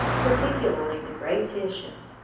particularly the great titian.